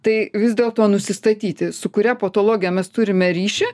tai vis dėl to nusistatyti su kuria patologija mes turime ryšį